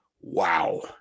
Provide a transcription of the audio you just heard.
wow